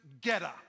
getter